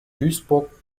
duisburg